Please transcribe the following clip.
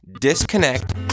disconnect